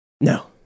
No